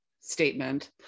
statement